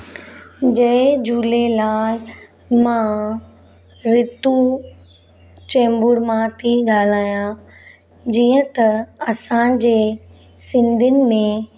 जय झूलेलाल मां रितु चेम्बूर मां थी ॻाल्हायां जीअं त असांजे सिंधियुनि में